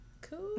Cool